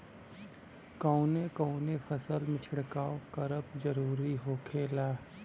कवने कवने फसल में छिड़काव करब जरूरी होखेला?